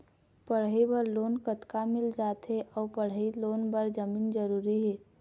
पढ़ई बर लोन कतका मिल जाथे अऊ पढ़ई लोन बर जमीन जरूरी हे?